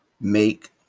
make